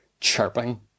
chirping